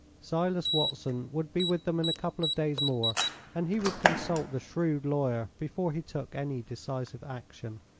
silas watson would be with them in a couple of days more and he would consult the shrewd lawyer before he took any decisive action.